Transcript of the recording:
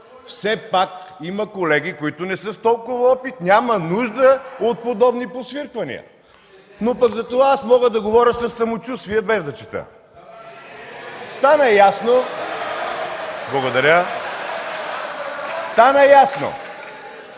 Все пак има колеги, които не са с толкова опит. Няма нужда от подобни подсвирквания. Но пък затова аз мога да говоря със самочувствие без да чета. (Ръкопляскания